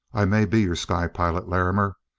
i may be your sky-pilot, larrimer.